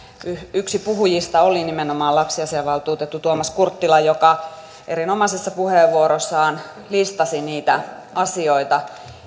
yksi puhujista oli nimenomaan lapsiasiavaltuutettu tuomas kurttila joka erinomaisessa puheenvuorossaan listasi niitä asioita